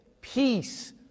peace